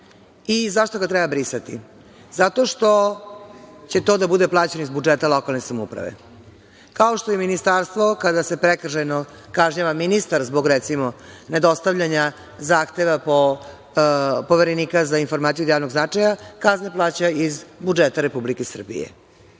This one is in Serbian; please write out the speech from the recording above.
zakona.Zašto ga treba brisati? Zato što će to da bude plaćeno iz budžeta lokalne samouprave. Kao što je ministarstvo kada se prekršajno kažnjava ministar zbog, recimo, nedostavljanja zahteva Poverenika za informacije od javnog značaja, kazne plaća iz budžeta Republike Srbije.